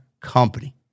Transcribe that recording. company